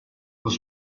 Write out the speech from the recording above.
was